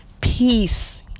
peace